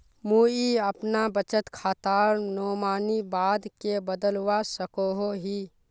मुई अपना बचत खातार नोमानी बाद के बदलवा सकोहो ही?